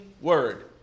word